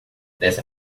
dessa